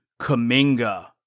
Kaminga